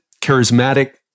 charismatic